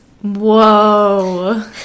Whoa